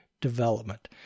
Development